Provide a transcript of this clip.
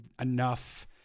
enough